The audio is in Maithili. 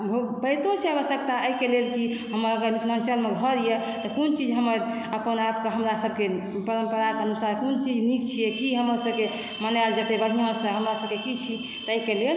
होइतो छै आवश्यकता एहिके लेल कि हमर अगर मिथिलाञ्चलमे घर अय तऽ कोन चीज हमर अपना आपके हमर सभके परम्पराके अनुसार कोन चीज नीक छियै की हमर सभक मनायल जेतै बढ़िऑंसँ हमर सभक की छी ताहिके लेल